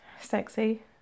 sexy